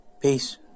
Peace